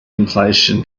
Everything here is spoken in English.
inflation